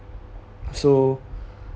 so